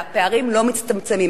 והפערים לא מצטמצמים,